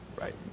right